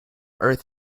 earth